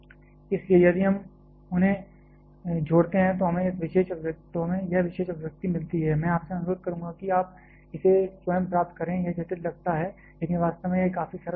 इसलिए यदि हम उन्हें जोड़ते हैं तो हमें यह विशेष अभिव्यक्ति मिलती है मैं आपसे अनुरोध करूंगा कि आप इसे स्वयं प्राप्त करें यह जटिल लगता है लेकिन वास्तव में यह काफी सरल हो सकता है